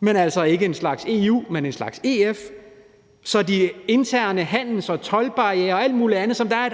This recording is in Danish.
men altså ikke en slags EU, så de interne handels- og toldbarrierer og alt muligt andet, som der er